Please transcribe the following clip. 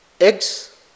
eggs